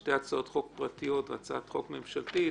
משתי הצעות חוק פרטיות והצעת חוק ממשלתית,